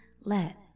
let